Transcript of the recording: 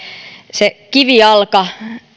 kivijalka